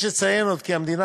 יש לציין עוד כי המדינה,